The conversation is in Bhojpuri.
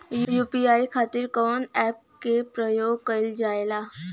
यू.पी.आई खातीर कवन ऐपके प्रयोग कइलजाला?